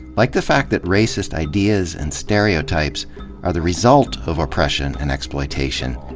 like the fact that racist ideas and stereotypes are the result of oppression and exploitation,